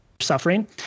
suffering